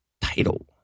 title